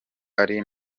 ari